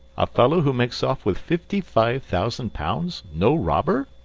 a fellow who makes off with fifty-five thousand pounds, no robber?